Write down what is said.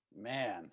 man